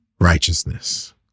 righteousness